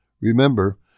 Remember